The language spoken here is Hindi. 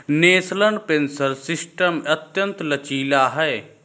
नेशनल पेंशन सिस्टम अत्यंत लचीला है